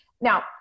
Now